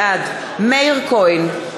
בעד מאיר כהן,